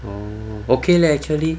orh okay leh actually